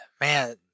man